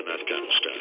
Afghanistan